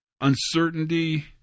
uncertainty